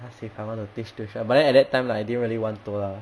ask if I want to teach tuition but then at that time like I didn't really want to lah